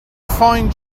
fine